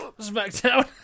SmackDown